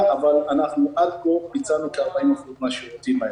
אבל עד כה ביצענו כך 40% מן השירותים.